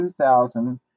2000